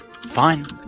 Fine